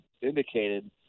indicated